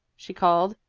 she called.